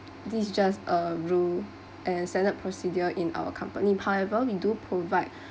this just a rule and standard procedure in our company however we do provide